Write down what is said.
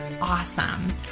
awesome